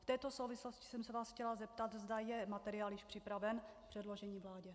V této souvislosti jsem se vás chtěla zeptat, zda je materiál již připraven k předložení vládě.